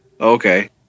okay